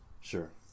sure